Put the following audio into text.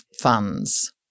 funds